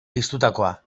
piztutakoa